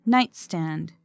Nightstand